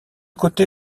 côté